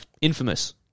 Infamous